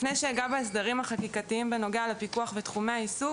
לפני שאגע בהסדרים החקיקתיים בנוגע לפיקוח ותחומי העיסוק,